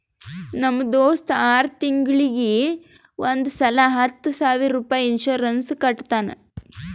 ನಮ್ ದೋಸ್ತ ಆರ್ ತಿಂಗೂಳಿಗ್ ಒಂದ್ ಸಲಾ ಹತ್ತ ಸಾವಿರ ರುಪಾಯಿ ಇನ್ಸೂರೆನ್ಸ್ ಕಟ್ಟತಾನ